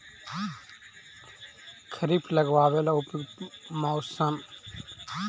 खरिफ लगाबे ला उपयुकत मौसम?